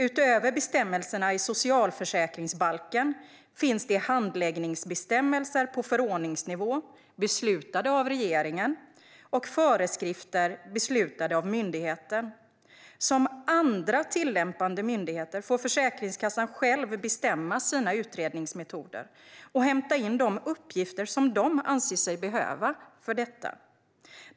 Utöver bestämmelserna i socialförsäkringsbalken finns det handläggningsbestämmelser både på förordningsnivå, som är beslutade av regeringen, och i föreskrifter, som är beslutade av myndigheten. Som andra tillämpande myndigheter får Försäkringskassan själv bestämma sina utredningsmetoder och hämta in de uppgifter som man anser sig behöva för detta.